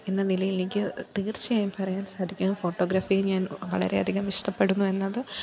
എന്ന നിലയിലെനിക്ക് തീര്ച്ചയായും പറയാന് സാധിക്കും ഫോട്ടോഗ്രാഫി ഞാന് വളരെയധികം ഇഷ്ടപ്പെടുന്നു എന്നത്